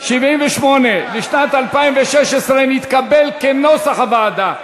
78 לשנת 2016 נתקבל, כנוסח הוועדה.